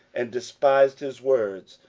and despised his words,